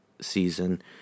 season